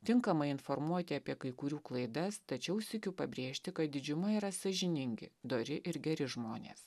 tinkamai informuoti apie kai kurių klaidas tačiau sykiu pabrėžti kad didžiuma yra sąžiningi dori ir geri žmonės